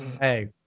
Hey